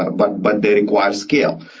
ah but but they require skill.